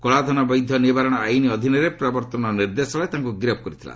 କଳାଧନ ବୈଧ ନିବାରଣ ଆଇନ ଅଧୀନରେ ପ୍ରବର୍ତ୍ତନ ନିର୍ଦ୍ଦେଶାଳୟ ତାଙ୍କୁ ଗିରଫ କରିଥିଲା